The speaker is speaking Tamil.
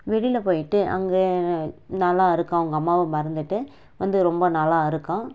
வெளியில் போயிட்டு அங்கே நல்லா இருக்கான் அவங்க அம்மாவை மறந்துட்டு வந்து ரொம்ப நல்லா இருக்கான்